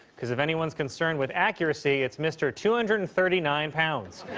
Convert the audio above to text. because if anyone is concerned with accuracy it's mr. two hundred and thirty nine pounds.